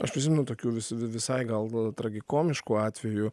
aš prisimenu tokių vis visai gal gal tragikomiškų atvejų